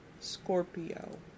Scorpio